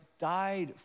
died